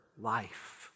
life